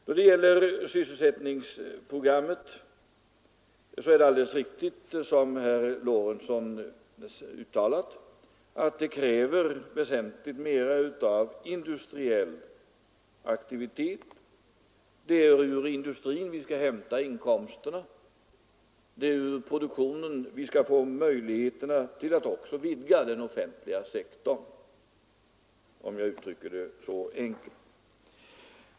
Då det gäller sysselsättningsprogrammet är det alldeles riktigt som herr Lorentzon uttalade, att det kräver väsentligt mera av industriell aktivitet. Det är ur industrin vi skall hämta inkomsterna, det är ur produktionen vi skall få möjligheterna till att också vidga den offentliga sektorn, om jag får uttrycka det så enkelt.